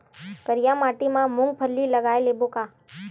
करिया माटी मा मूंग फल्ली लगय लेबों का?